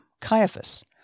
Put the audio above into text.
Caiaphas